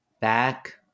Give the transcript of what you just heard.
back